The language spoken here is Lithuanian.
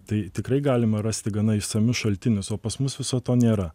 tai tikrai galima rasti gana išsamius šaltinius o pas mus viso to nėra